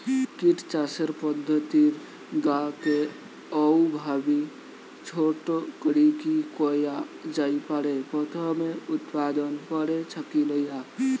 kit চাষের পদ্ধতির গা কে অউভাবি ছোট করিকি কয়া জাই পারে, প্রথমে উতপাদন, পরে ছাকি লয়া